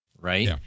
Right